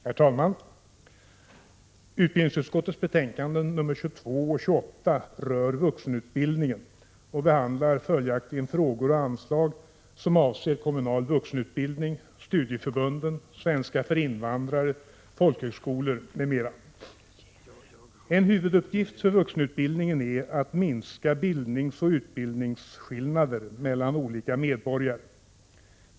Herr talman! Utbildningsutskottets betänkanden nr 22 och 28 rör vuxenutbildningen och behandlar följaktligen frågor och anslag som avser kommunal vuxenutbildning, studieförbund, svenska för invandrare, folkhögskolor m.m. En huvuduppgift för vuxenutbildningen är att minska bildningsoch utbildningsskillnader mellan olika medborgare.